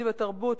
תקציב התרבות,